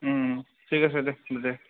ঠিক আছে দে দে